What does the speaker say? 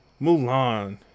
Mulan